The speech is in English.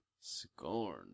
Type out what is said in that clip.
Scorn